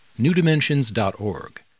newdimensions.org